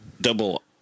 double